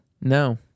No